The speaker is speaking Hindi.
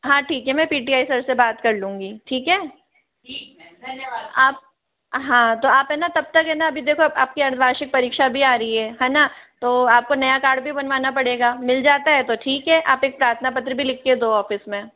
हाँ ठीक है मैं पी टी वाले सर से बात कर लूँगी ठीक है आप हाँ तो आप है ना तब तक है ना अभी देखो आपकी अर्द्धवार्षिक परीक्षा भी आ रही है है ना तो आपको नया कार्ड भी बनवाना पड़ेगा मिल जाता है तो ठीक है आप एक प्रार्थना पत्र भी लिख के दो ऑफिस में